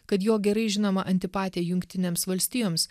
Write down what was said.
kad jo gerai žinoma antipatija jungtinėms valstijoms